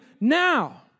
now